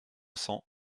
cents